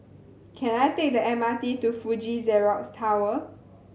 can I take the M R T to Fuji Xerox Tower